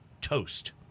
toast